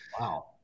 wow